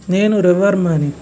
నేను రవి వర్మని